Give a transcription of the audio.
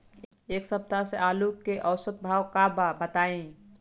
एक सप्ताह से आलू के औसत भाव का बा बताई?